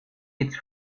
eats